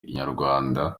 inyarwanda